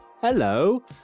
hello